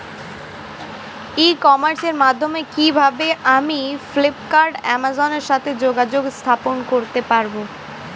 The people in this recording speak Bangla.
ই কমার্সের মাধ্যমে কিভাবে আমি ফ্লিপকার্ট অ্যামাজন এর সাথে যোগাযোগ স্থাপন করতে পারব?